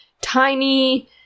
tiny